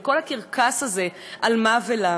כל הקרקס הזה, על מה ולמה?